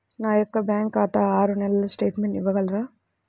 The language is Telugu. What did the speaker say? నా యొక్క బ్యాంకు ఖాతా ఆరు నెలల స్టేట్మెంట్ ఇవ్వగలరా?